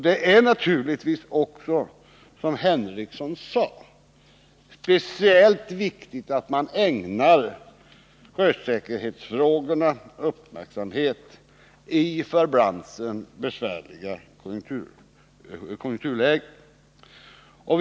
Det är naturligtvis också — som Sven Henricsson sade — speciellt viktigt att man ägnar sjösäkerhetsfrågorna uppmärksamhet i för branchen besvärliga konjukturlägen.